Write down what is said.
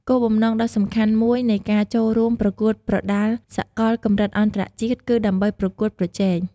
គោលបំណងដ៏សំខាន់មួយនៃការចូលរួមប្រកួតប្រដាល់សកលកម្រិតអន្តរជាតិ គឺដើម្បីប្រកួតប្រជែង។